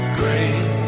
great